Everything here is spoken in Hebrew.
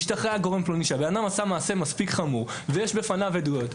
השתכנע שהבן אדם עשה מעשה מספיק חמור ויש בפניו עדויות.